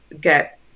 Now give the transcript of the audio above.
get